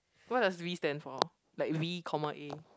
what does V stand for like V comma A